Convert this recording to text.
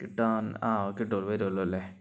കിട്ടാൻ ആ കിട്ടോ വരുവല്ലോ അല്ലേ